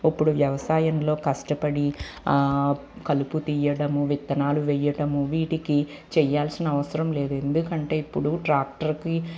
ఇప్పుడు వ్యవసాయంలో కష్టపడి కలుపు తీయడము విత్తనాలు వేయడము వీటికి చేయాల్సిన అవసరం లేదు ఎందుకంటే ఇప్పుడు ట్రాక్టర్కి